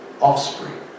offspring